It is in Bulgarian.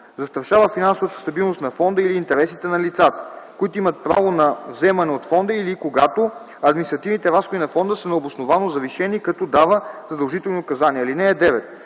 застрашава финансовата стабилност на фонда или интересите на лицата, които имат право на вземане от фонда или когато административните разходи на фонда са необосновано завишени, като дава задължителни указания. (9)